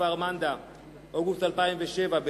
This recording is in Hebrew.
אוגוסט 2007,